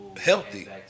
healthy